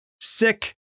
sick